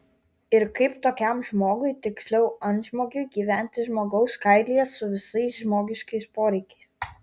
ir kaip tokiam žmogui tiksliau antžmogiui gyventi žmogaus kailyje su visais žmogiškais poreikiais